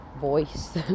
voice